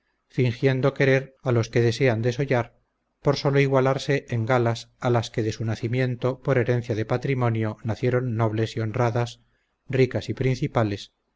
fingiendo querer a los que desean desollar por solo igualarse en galas a las que de su nacimiento por herencia de patrimonio nacieron nobles y honradas ricas y principales